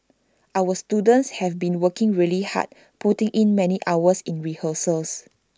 our students have been working really hard putting in many hours in rehearsals